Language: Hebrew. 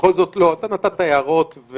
בכל זאת נתת הערות,